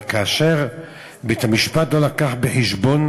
אבל כאשר בית-המשפט לא הביא בחשבון